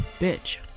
bitch